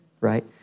right